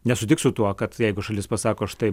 nesutiks su tuo kad jeigu šalis pasako štai